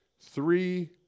three